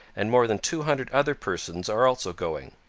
and more than two hundred other persons are also going.